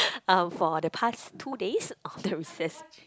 um for the past two days of the recess